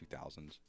2000s